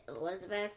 Elizabeth